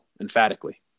emphatically